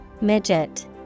Midget